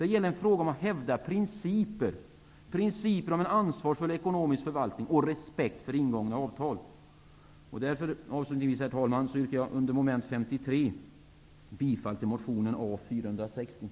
Det gäller en fråga om att hävda principer, principer om en ansvarsfull ekonomisk förvaltning och respekt för ingångna avtal. Avslutningsvis, herr talman, yrkar jag under mom.